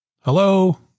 Hello